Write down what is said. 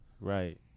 right